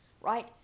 right